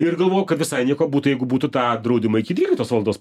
ir galvoju kad visai nieko būtų jeigu būtų tą draudimą iki dvyliktos valandos